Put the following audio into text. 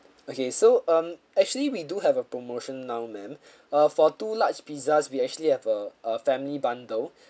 okay so um actually we do have a promotion now ma'am uh for two large pizzas we actually have a a family bundle